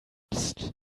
psst